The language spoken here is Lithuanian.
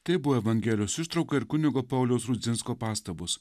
tai buvo evangelijos ištrauka ir kunigo pauliaus rudzinsko pastabos